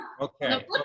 Okay